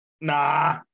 Nah